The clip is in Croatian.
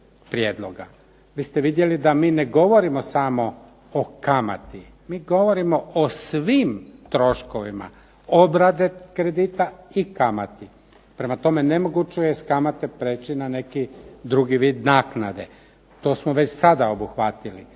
prijedloga. Biste vidjeli da mi ne govorimo samo o kamati. Mi govorimo o svim troškovima obrade kredita i kamati. Prema tome, nemoguće je s kamate priječi na neki drugi vid naknade. To smo već sada obuhvatili.